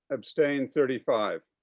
abstain thirty five.